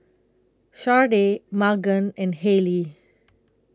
Shardae Magan and Hailee